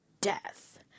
death